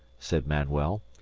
said manuel.